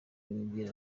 abibwira